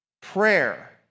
prayer